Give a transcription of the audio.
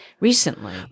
Recently